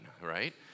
right